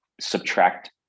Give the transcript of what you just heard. subtract